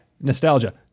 Nostalgia